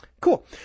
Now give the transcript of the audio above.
Cool